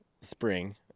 spring